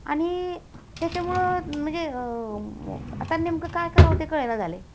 आणि त्याच्यामुळे म्हणजे आता नेमकं काय करावं ते कळ नां झालं आहे